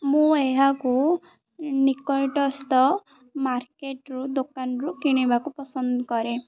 ମୁଁ ଏହାକୁ ନିକଟସ୍ଥ ମାର୍କେଟରୁ ଦୋକାନରୁ କିଣିବାକୁ ପସନ୍ଦ କରେ